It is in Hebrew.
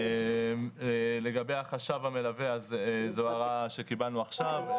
לגבי החשב המלווה: זו הערה שקיבלנו עכשיו.